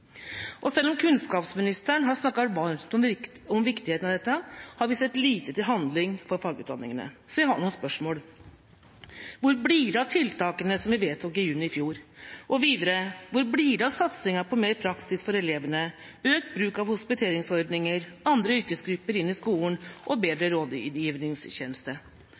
Selv om kunnskapsministeren har snakket varmt om viktigheten av dette, har vi sett lite til handling for fagutdanningene, så jeg har noen spørsmål. Hvor blir det av tiltakene som vi vedtok i juni i fjor? Og videre: Hvor blir det av satsinga på mer praksis for elevene, økt bruk av hospiteringsordninger, andre yrkesgrupper inn i skolen og bedre rådgivningstjeneste?